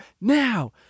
now